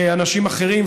אנשים אחרים,